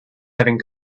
having